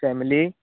family